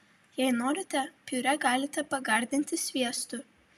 jei norite piurė galite pagardinti sviestu